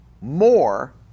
more